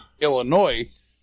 Illinois